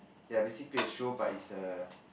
ya basically a show but is a